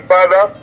Father